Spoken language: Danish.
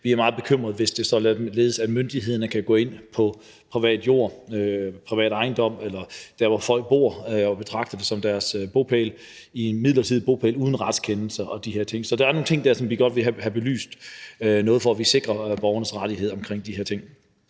Vi er meget bekymrede, hvis det er således, at myndighederne kan gå ind på privat jord, privat ejendom, eller der, hvor folk bor, og som de betragter som deres bopæl, i en midlertidig bopæl, uden retskendelse og de her ting. Så der er nogle ting dér, som vi godt vil have belyst, for at vi sikrer borgernes rettigheder omkring de her ting.